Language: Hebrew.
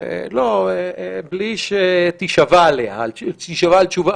בלי שתשבע לי על התשובה.